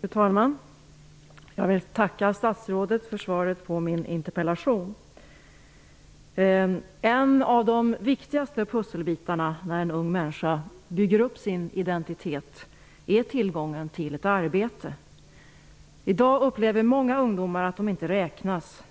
Fru talman! Jag vill tacka statsrådet för svaret på min interpellation. En av de viktigaste pusselbitarna när en ung människa bygger upp sin identitet är tillgången till ett arbete. I dag upplever många ungdomar att de inte räknas.